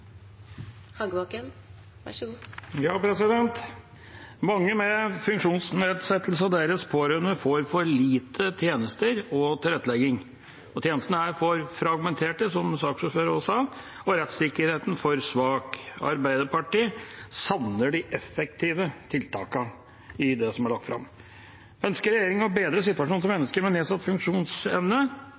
Mange med funksjonsnedsettelse og deres pårørende får for lite tjenester og tilrettelegging, og tjenestene er for fragmenterte, som saksordføreren også sa, og rettssikkerheten for svak. Arbeiderpartiet savner de effektive tiltakene i det som er lagt fram. Ønsker regjeringa å bedre situasjonen for mennesker med nedsatt funksjonsevne,